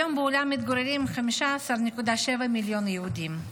היום מתגוררים בעולם 15.7 מיליון יהודים,